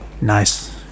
Nice